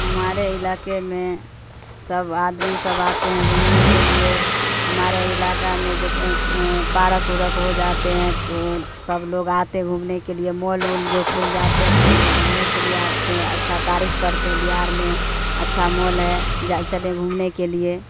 ہمارے علاقے میں سب آدمی سب آتے ہیں گھومنے کے لیے ہمارے علاقہ میں جو پارک وورک ہو جاتے ہیں تو تب لوگ آتے ہیں گھومنے کے لیے مال وول جو کھل جاتے ہیں تو لوگ گھومنے کے لیے آتے ہیں اچھا تعریف کرتے ہیں بہار میں اچھا مال ہے جا چلیں گھومنے کے لیے